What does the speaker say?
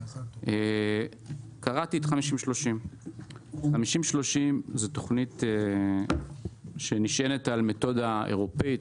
קראתי את 50-30. זאת תוכנית שנשענת על מתודה אירופית,